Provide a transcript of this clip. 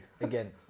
Again